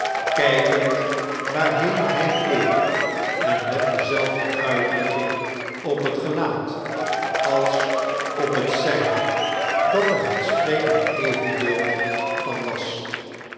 kijkend waarfieen hij keek en met dezelfde uitdtrukking op het gelaat ale op het zijne dat ear het spxekend evenbeeld van was